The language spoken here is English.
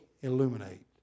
illuminate